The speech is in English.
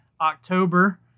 October